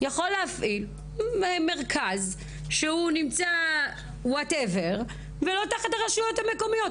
יכול להפעיל מרכז שאינו תחת הרשויות המקומיות.